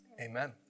Amen